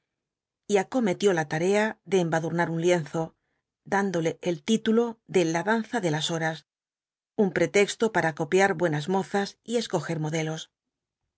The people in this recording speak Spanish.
y acometió la tarea de embadurnar un lienzo dándole el título de la danza de las horas un pretexto para copiar buenas mozas y escoger modelos